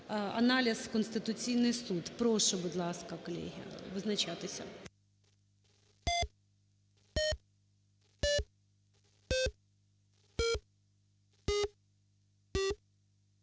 аналіз Конституційний Суд. Прошу, будь ласка, колеги визначатися.